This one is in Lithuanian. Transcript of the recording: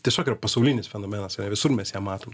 tiesiog yra pasaulinis fenomenas ane visur mes ją matom